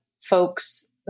folks